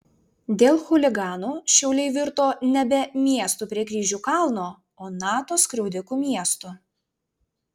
dėl chuliganų šiauliai virto nebe miestu prie kryžių kalno o nato skriaudikų miestu